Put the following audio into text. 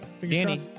danny